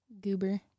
goober